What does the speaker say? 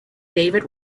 david